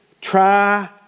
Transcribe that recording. try